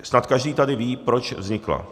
Snad každý tady ví, proč vznikla.